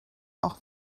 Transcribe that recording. auch